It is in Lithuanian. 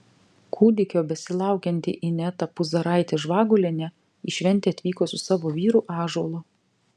kūdikio besilaukianti ineta puzaraitė žvagulienė į šventę atvyko su savo vyru ąžuolu